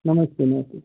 नमस्ते नमस्ते